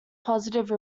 positive